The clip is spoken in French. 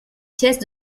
pièces